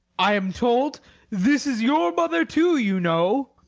i am told this is your mother too, you know.